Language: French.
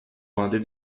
vendez